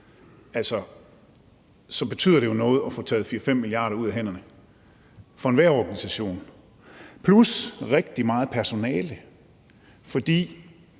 betyder det jo noget at få taget 4-5 mia. kr. ud af hænderne for enhver organisation plus rigtig meget personale,